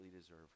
deserve